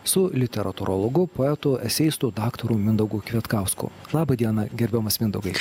su literatūrologu poetu eseistu daktaru mindaugu kvietkausku laba diena gerbiamas mindaugai